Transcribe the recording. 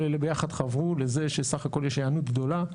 כל אלה ביחד חברו לזה שסך הכול יש היענות גדולה.